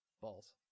Balls